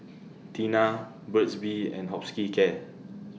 Tena Burt's Bee and Hospicare